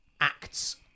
acts